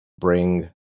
bring